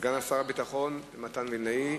סגן שר הביטחון מתן וילנאי.